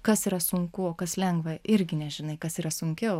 kas yra sunku o kas lengva irgi nežinai kas yra sunkiau